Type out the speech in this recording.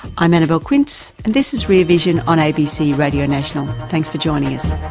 i'm annabelle quince, and this is rear vision on abc radio national. thanks for joining us.